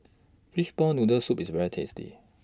Fishball Noodle Soup IS very tasty